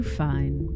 fine